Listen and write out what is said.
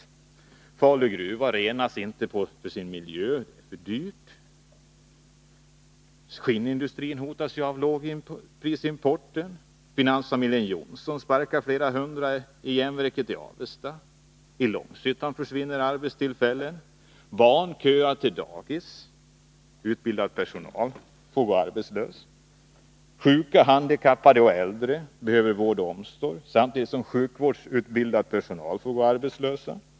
Miljön i Falu gruva renas inte — det är för dyrt. Skinnindustrin hotas av lågprisimport. Finansfamiljen Johnson sparkar flera hundra från järnverket i Avesta. I Långshyttan försvinner arbetstillfällen. Barn köar till dagis, medan utbildad personal går arbetslös. Sjuka, handikappade och äldre behöver vård och omsorg, samtidigt som sjukvårdsutbildad personal går arbetslös.